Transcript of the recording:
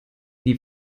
die